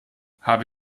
habe